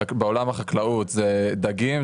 בעולם החקלאות זה דגים,